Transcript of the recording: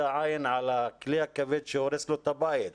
העין על הכלי הכבד שהורס לו את הבית.